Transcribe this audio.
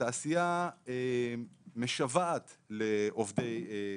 והתעשייה משוועת לעובדי כפיים.